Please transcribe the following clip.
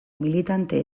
militante